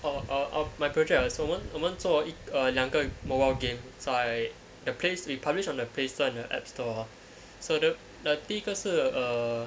orh uh uh my project 我们我们做一个 err 两个 mobile game 在 the place we published on the play store and on the app store so the the 第一个是 err